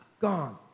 gone